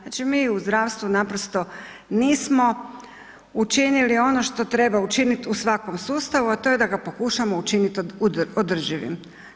Znači mi u zdravstvu naprosto nismo učinili ono što treba učiniti u svakom sustavu, a to je da ga pokušamo učiniti održivim.